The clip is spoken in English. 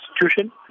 Constitution